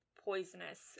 poisonous